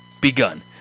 begun